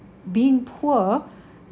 being poor